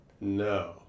No